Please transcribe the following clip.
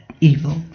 evil